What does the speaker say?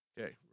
okay